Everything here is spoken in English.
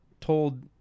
told